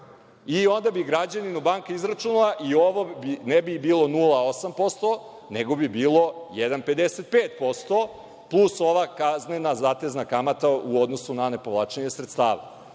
Onda bi građaninu banka izračunala i ovo ne bi bilo 0,8%, nego bi bilo 1,55%, plus ova kaznena zatezna kamata u odnosu na nepovlačenje sredstava.